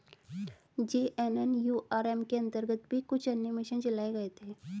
JNNURM के अंतर्गत भी अन्य कुछ मिशन चलाए गए थे